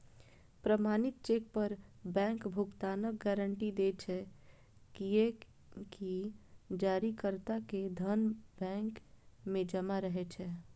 प्रमाणित चेक पर बैंक भुगतानक गारंटी दै छै, कियैकि जारीकर्ता के धन बैंक मे जमा रहै छै